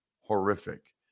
horrific